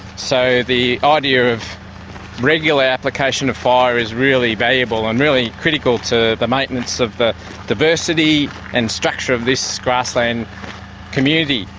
so the ah idea of regular application of fire is really valuable and really critical to the maintenance of diversity and structure of this grassland community.